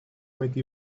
make